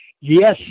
Yes